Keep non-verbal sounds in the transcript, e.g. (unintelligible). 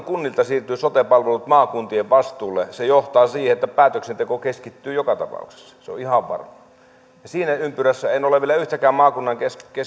(unintelligible) kunnilta siirtyvät sote palvelut maakuntien vastuulle se johtaa siihen että päätöksenteko keskittyy joka tapauksessa se on ihan varmaa siinä ympyrässä en ole vielä yhtäkään maakunnan